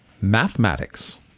mathematics